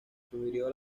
sugirió